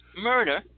murder